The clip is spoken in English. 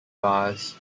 bars